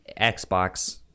Xbox